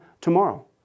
tomorrow